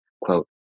quote